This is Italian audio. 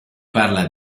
parla